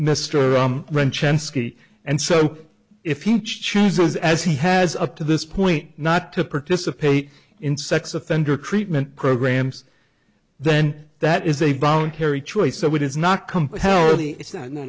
mr rum run chance ski and so if he chooses as he has up to this point not to participate in sex offender treatment programs then that is a voluntary choice so it is not